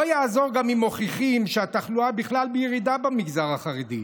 לא יעזור גם אם מוכיחים שהתחלואה בכלל בירידה במגזר החרדי,